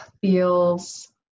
feels